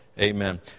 Amen